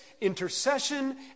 intercession